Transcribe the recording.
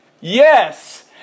Yes